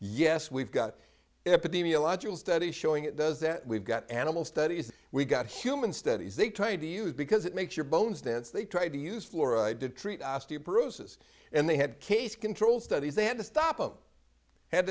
yes we've got epidemiological studies showing it does that we've got animal studies we've got human studies they try to use because it makes your bones dense they try to use fluoride to treat osteoporosis and they had case control studies they had to stop them had